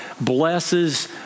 blesses